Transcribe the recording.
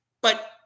but-